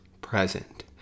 present